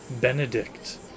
Benedict